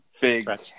big